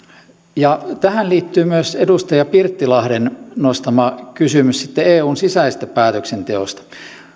tähän liittyy sitten myös edustaja pirttilahden nostama kysymys eun sisäisestä päätöksenteosta